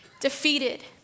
defeated